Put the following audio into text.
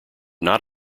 not